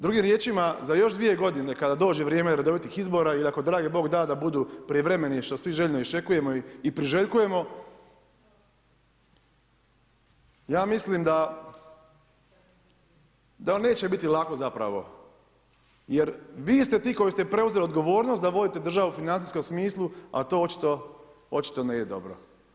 Drugim riječima za još 2 godine kada dođe vrijeme redovitih izbora i ako dragi Bog da da budu prijevremeni, što svi željno iščekujemo i priželjkujemo, ja mislim da vam neće biti lako zapravo, jer vi ste ti koji ste preuzeli odgovornost da vodite državu u financijskom smislu, a to očito ne ide dobro.